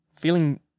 feeling